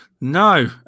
No